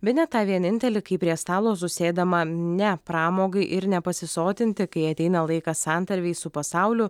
bene tą vienintelį kai prie stalo susėdama ne pramogai ir nepasisotinti kai ateina laikas santarvei su pasauliu